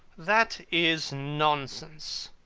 that is nonsense.